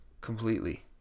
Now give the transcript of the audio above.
Completely